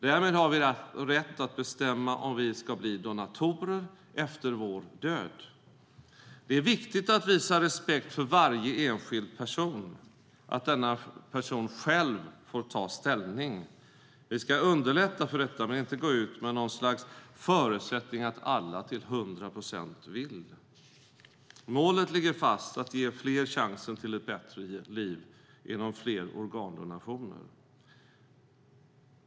Därmed har vi rätt att bestämma om vi ska bli donatorer efter vår död. Det är viktigt att visa respekt för varje enskild person, att varje person själv får ta ställning. Vi ska underlätta detta, men vi ska inte förutsätta att alla till hundra procent vill. Målet ligger fast att ge fler chansen till ett bättre liv med hjälp av fler organdonationer.